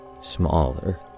Smaller